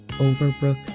Overbrook